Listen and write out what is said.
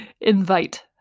invite